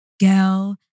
girl